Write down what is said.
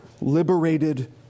liberated